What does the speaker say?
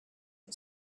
and